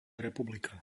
republika